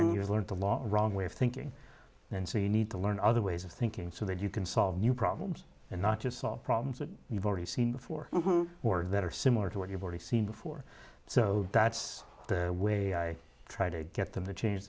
thing you learned a lot wrong way of thinking and so you need to learn other ways of thinking so that you can solve new problems and not just solve problems that you've already seen before or that are similar to what you've already seen before so that's the way i try to get them to change